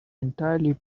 entirely